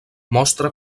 mostra